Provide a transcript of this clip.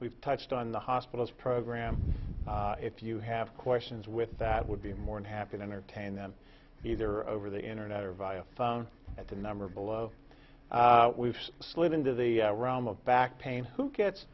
we've touched on the hospital's program if you have questions with that would be more unhappy entertain them either over the internet or via phone at the number below we've slid into the realm of back pain who gets